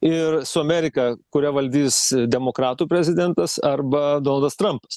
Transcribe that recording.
ir su amerika kurią valdys demokratų prezidentas arba donaldas trampas